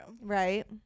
right